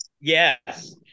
Yes